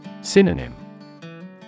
Synonym